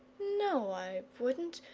no, i wouldn't,